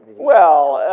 well,